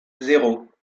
zéro